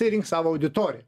tai rinks savo auditoriją